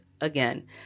again